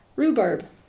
Rhubarb